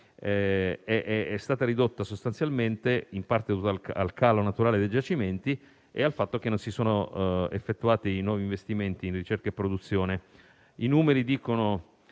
si è ridotta sostanzialmente, in parte a causa del calo naturale dei giacimenti e del fatto che non si sono effettuati nuovi investimenti in ricerca e produzione. I numeri parlano